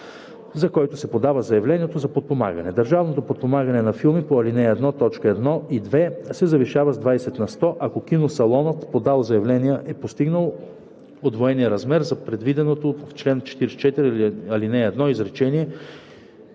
за който се подава заявлението за подпомагане. Държавното подпомагане на филми по ал. 1, т. 1 и 2 се завишава с 20 на сто, ако киносалонът, подал заявление, е постигнал удвоения размер за предвиденото в чл. 44, ал. 1, изречение